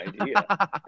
idea